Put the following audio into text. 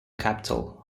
capital